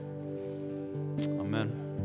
Amen